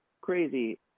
crazy